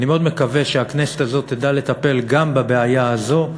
אני מאוד מקווה שהכנסת הזאת תדע לטפל גם בבעיה הזאת.